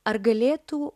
ar galėtų